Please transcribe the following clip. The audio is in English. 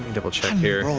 double check here.